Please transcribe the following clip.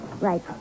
Right